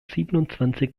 siebenundzwanzig